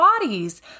bodies